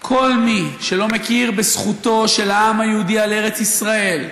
כל מי שלא מכיר בזכותו של העם היהודי על ארץ ישראל,